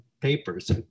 papers